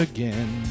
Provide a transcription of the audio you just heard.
Again